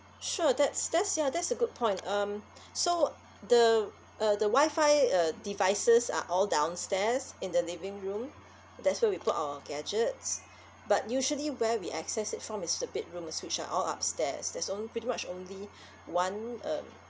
sure that's that's ya that's a good point um so the uh the wi-fi uh devices are all downstairs in the living room that's where we put our gadgets but usually where we access it from is the bedrooms which are all upstairs there's only pretty much only one um